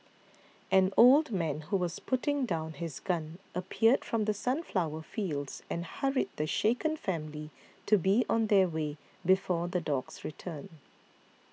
an old man who was putting down his gun appeared from the sunflower fields and hurried the shaken family to be on their way before the dogs return